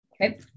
Okay